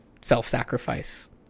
self-sacrifice